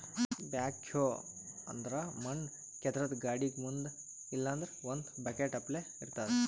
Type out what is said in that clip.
backhoe ಅಂದ್ರ ಮಣ್ಣ್ ಕೇದ್ರದ್ದ್ ಗಾಡಿಗ್ ಮುಂದ್ ಇಲ್ಲಂದ್ರ ಒಂದ್ ಬಕೆಟ್ ಅಪ್ಲೆ ಇರ್ತದ್